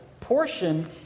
portion